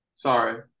Sorry